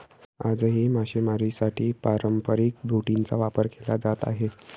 आजही मासेमारीसाठी पारंपरिक बोटींचा वापर केला जात आहे